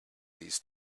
these